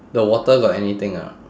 the water got anything or not